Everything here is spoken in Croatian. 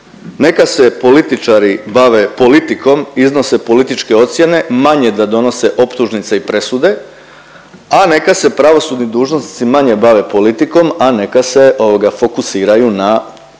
Neka se političari bave politikom, iznose političke ocjene, manje da donose optužnice i presude, a neka se pravosudni dužnosnici manje bave politikom, a neka se fokusiraju na